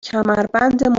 کمربند